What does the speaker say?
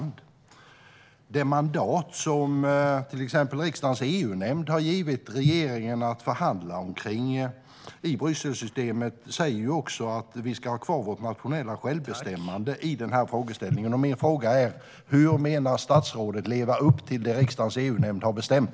När det gäller det mandat som till exempel riksdagens EU-nämnd har givit regeringen att förhandla om i Brysselsystemet sägs det också att vi ska ha kvar vårt nationella självbestämmande i denna fråga. Min fråga är: Hur menar statsrådet att man ska leva upp till det som riksdagens EU-nämnd har bestämt?